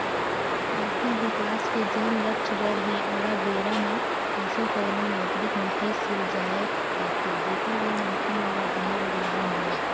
आरथिक बिकास के जेन लक्छ दर हे ओला बेरा म हासिल करना मौद्रिक नीति सिरजाये जाथे जेखर ले मनखे मन ल बने रोजगार मिलय